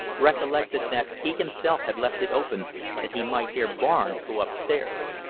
recollected that he himself had left it open that he might hear barnes go upstairs.